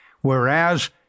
whereas